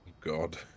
God